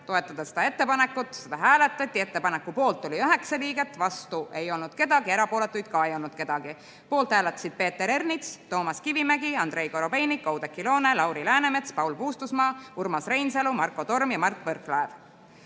esitada ja seda toetada. Seda hääletati. Ettepaneku poolt oli 9 liiget, vastu ei olnud keegi, ka erapooletuid ei olnud. Poolt hääletasid Peeter Ernits, Toomas Kivimägi, Andrei Korobeinik, Oudekki Loone, Lauri Läänemets, Paul Puustusmaa, Urmas Reinsalu, Marko Torm ja Mart Võrklaev.